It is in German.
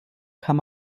kann